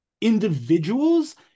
individuals